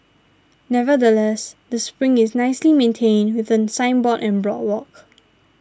nevertheless the spring is nicely maintained with a signboard and boardwalk